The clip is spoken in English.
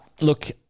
look